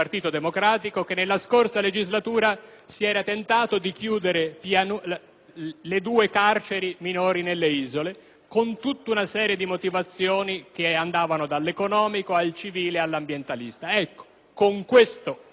le due carceri minori nelle isole con tutta una serie di motivazioni che andavano dall'economico al civile fino all'ambientalista. Ecco, con questo articolo, voi le farete riaprire. Quindi, il voto è contrario.